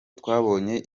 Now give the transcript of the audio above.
twabonye